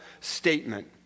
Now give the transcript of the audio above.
statement